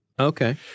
Okay